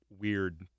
weird